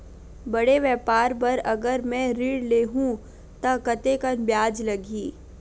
बड़े व्यापार बर अगर मैं ऋण ले हू त कतेकन ब्याज लगही?